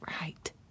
right